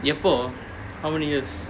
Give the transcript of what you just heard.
ipoh how many years